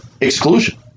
exclusion